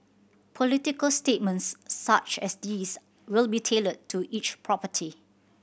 political statements such as these will be tailored to each property